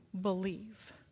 believe